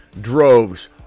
droves